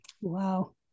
Wow